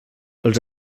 els